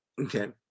Okay